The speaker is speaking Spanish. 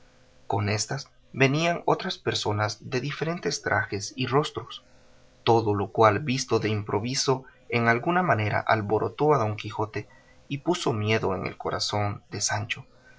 con éstas venían otras personas de diferentes trajes y rostros todo lo cual visto de improviso en alguna manera alborotó a don quijote y puso miedo en el corazón de sancho